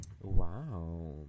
Wow